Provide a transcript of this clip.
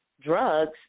drugs